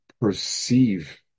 perceive